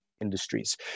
industries